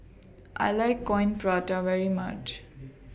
I like Coin Prata very much